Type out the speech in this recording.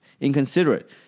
inconsiderate